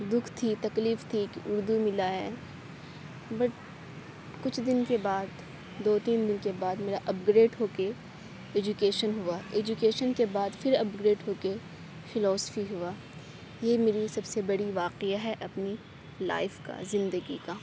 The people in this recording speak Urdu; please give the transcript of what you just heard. دکھ تھی تکلیف تھی کہ اردو ملا ہے بٹ کچھ دن کے بعد دو تین دن کے بعد میرا اپ گریڈ ہو کے ایجوکیشن ہوا ایجوکیشن کے بعد پھر اپ گریڈ ہو کے فلاسفی ہوا یہ میری سب سے بڑا واقعہ ہے اپنی لائف کا زندگی کا